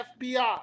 fbi